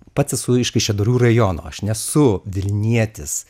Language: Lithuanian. pats esu iš kaišiadorių rajono aš nesu vilnietis